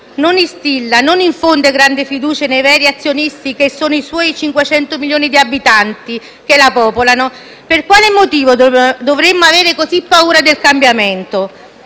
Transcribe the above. non instilla e non infonde grande fiducia nei suoi veri azionisti, che sono i 500 milioni di abitanti che la popolano, per quale motivo dovremmo avere così paura del cambiamento?